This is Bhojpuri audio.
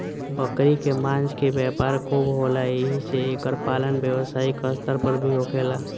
बकरी के मांस के व्यापार खूब होला एही से एकर पालन व्यवसायिक स्तर पर भी होखेला